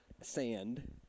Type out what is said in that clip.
sand